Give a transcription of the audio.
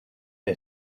had